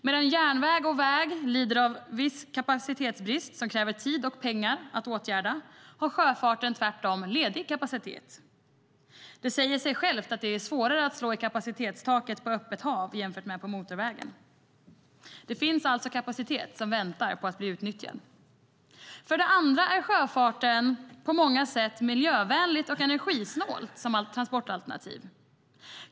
Medan järnväg och väg lider av viss kapacitetsbrist som kräver tid och pengar att åtgärda har sjöfarten tvärtom ledig kapacitet. Det säger sig självt att det är svårare att slå i kapacitetstaket på öppet hav än på motorvägen. Det finns alltså kapacitet som väntar på att bli utnyttjad. För det andra är sjöfarten på många sätt ett miljövänligt och energisnålt transportalternativ.